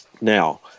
Now